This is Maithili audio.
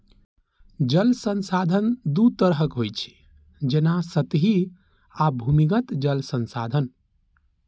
जल संसाधन दू तरहक होइ छै, जेना सतही आ भूमिगत जल संसाधन